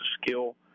skill